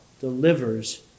delivers